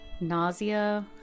nausea